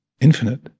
infinite